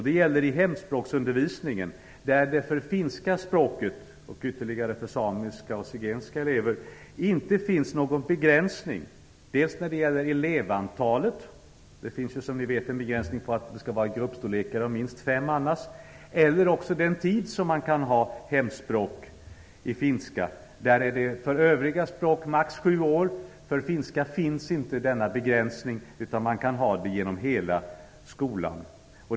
Det gäller i hemspråksundervisningen, där det för finska språket - och för samiska och zigenska elever - inte finns någon begränsning vare sig när det gäller elevantalet eller den tid eleverna kan få hemspråksundervisning. För övriga språk finns det som ni vet en begränsning som innebär att det skall vara grupper om minst fem elever och att eleverna kan få undervisning i max sju år. För finska finns inte denna begränsning, utan eleverna kan få undervisning genom hela skolan.